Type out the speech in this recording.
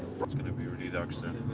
it's gonna be really dark soon.